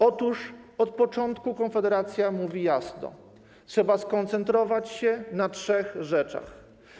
Otóż od początku Konfederacja mówi jasno, że trzeba skoncentrować się na trzech rzeczach.